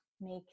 make